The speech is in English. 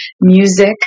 music